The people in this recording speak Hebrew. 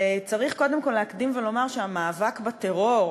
וצריך קודם כול להקדים ולומר שהמאבק בטרור,